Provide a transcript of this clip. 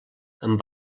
amb